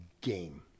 game